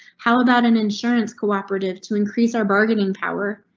how about an insurance cooperative to increase our bargaining power?